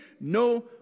no